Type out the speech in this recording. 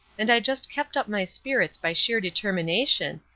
and i just kept up my spirits by sheer determination,